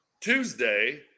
Tuesday